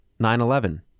9-11